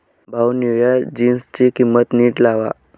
भाऊ, निळ्या जीन्सची किंमत नीट लावा